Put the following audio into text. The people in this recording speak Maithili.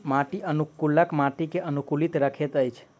माटि अनुकूलक माटि के अनुकूलित रखैत अछि